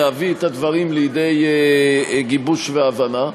להביא את הדברים לידי גיבוש והבנה.